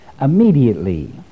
Immediately